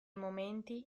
momenti